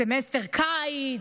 סמסטר קיץ,